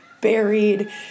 buried